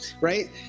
Right